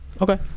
Okay